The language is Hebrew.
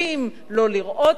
לא לראות נשים,